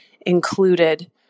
included